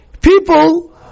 People